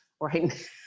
right